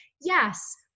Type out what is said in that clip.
yes